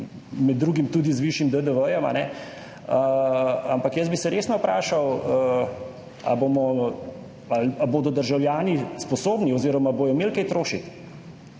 med drugim tudi z višjim DDV, ampak jaz bi se resno vprašal, ali bodo državljani sposobni oziroma bodo imeli kaj trošiti.